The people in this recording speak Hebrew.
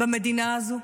במדינה הזו?